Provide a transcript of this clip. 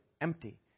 empty